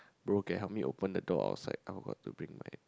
bro can help me open the door outside I forgot to bring my